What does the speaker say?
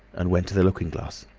and went to the looking-glass.